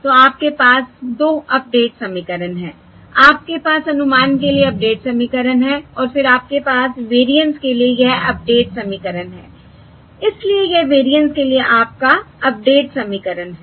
तो आपके पास 2 अपडेट समीकरण हैं आपके पास अनुमान के लिए अपडेट समीकरण है और फिर आपके पास वेरिएंस के लिए यह अपडेट समीकरण है इसलिए यह वेरिएंस के लिए आपका अपडेट समीकरण है